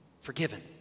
forgiven